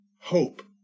hope